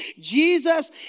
Jesus